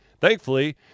Thankfully